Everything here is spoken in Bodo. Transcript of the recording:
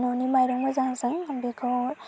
न'नि माइरं मोजांजों बेखौ